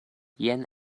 jen